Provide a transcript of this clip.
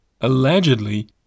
Allegedly